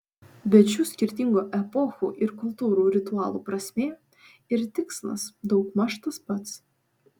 bet šių skirtingų epochų ir kultūrų ritualų prasmė ir tikslas daugmaž tas pats